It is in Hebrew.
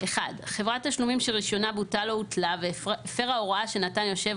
חברת תשלומים שרישיונה בוטל או הותלה והפרה הוראה שנתן יושב